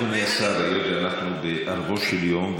היות שאנחנו בערבו של יום,